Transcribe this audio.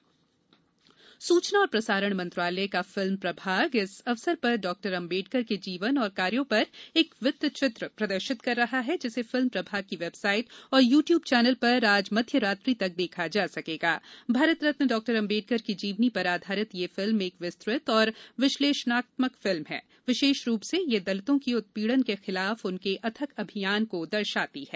Ambedkar film सूचना और प्रसारण मंत्रालय का फिल्म इस अवसर पर डॉ अंबेडकर के जीवन और कार्यो पर एक वृत्त चित्र प्रदर्शित कर रहा है जिसे फिल्म प्रभाग की वेबसाइट और यू ट्यूब चैनल पर आज मध्य रात्रि तक देखा जा सकेगा भारत रत्न डॉक्टर अंबेडकर की जीवनी पर आधारित यह फिल्म एक विस्तृत और विश्लेषणात्मक फिल्म है विशेष रूप से यह दलितों के उत्पीड़न के खिलाफ उनके अथक अभियान को दर्शाती है